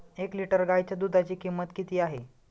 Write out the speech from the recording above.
एक लिटर गाईच्या दुधाची किंमत किती आहे?